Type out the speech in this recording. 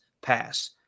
pass